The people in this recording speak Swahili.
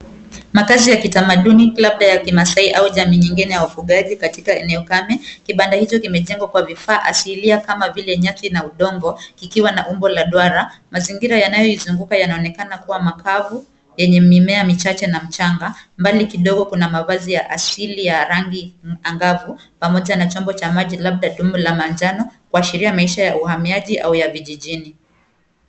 Makazi ya kitamaduni, labda ya kimasaai au jamii nyingine ya wafugaji katika eneo kame, kibanda hicho kimejengwa kwa vifaa asilia kama vile nyasi na udongo, kikiwa na umbo la duara, mazingira yanayoizunguka yanaonekana kuwa makavu, yenye mimea michache na mchanga, mbali kidogo kuna mavazi ya asili ya rangi angavu pamoja na chombo cha maji labda dumu la manjano kuashiria maisha ya uhamiaji au ya vijijini.